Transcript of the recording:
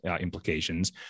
implications